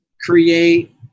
create